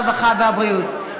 הרווחה והבריאות.